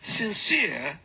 sincere